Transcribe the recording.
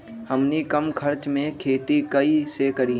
हमनी कम खर्च मे खेती कई से करी?